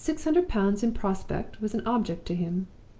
six hundred pounds in prospect was an object to him.